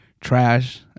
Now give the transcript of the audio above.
trash